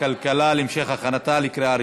הכלכלה נתקבלה.